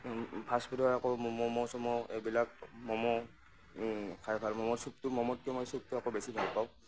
fast ফুডৰ আকৌ ম'ম চ'ম' এইবিলাক ম'ম' খায় ভাল ম'ম' চুপটো ম'ম'তকৈও মই চুপটো আকৌ বেছি ভাল পাওঁ